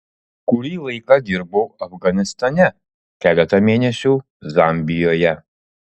kurį laiką dirbau afganistane keletą mėnesių zambijoje